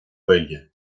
gaeilge